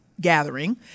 gathering